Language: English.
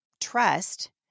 trust